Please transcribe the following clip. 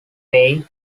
bay